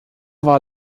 war